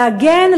לעגן,